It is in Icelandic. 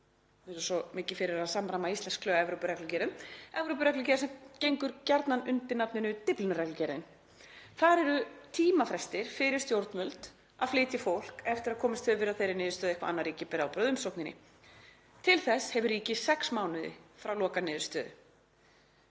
við erum svo mikið fyrir að samræma íslensk lög Evrópureglugerðum — sem gengur gjarnan undir nafninu Dyflinnarreglugerðin. Þar eru tímafrestir fyrir stjórnvöld að flytja fólk eftir að komist hefur verið að þeirri niðurstöðu að eitthvert annað ríki beri ábyrgð á umsókninni. Til þess hefur ríkið sex mánuði frá lokaniðurstöðu.